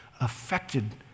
affected